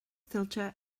tuillte